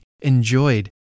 enjoyed